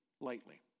lightly